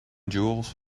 jewels